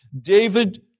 David